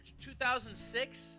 2006